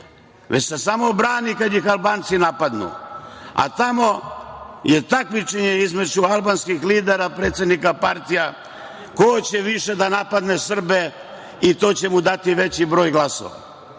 već se samo brani kad ih Albanci napadnu. A tamo je takmičenje između albanskih lidera, predsednika partija, ko će više da napadne Srbe jer će mu to dati veći broj glasova.